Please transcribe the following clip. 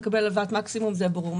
מקבל הלוואת מקסימום זה ברור.